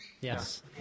Yes